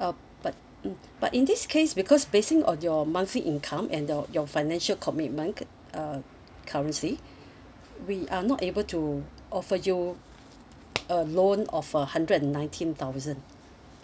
uh but mmhmm but in this case because basing or your monthly income and your your financial commitment uh currently we are not able to offer you a loan of a hundred and nineteen thousand